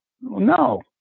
no